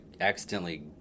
accidentally